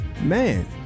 man